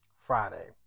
Friday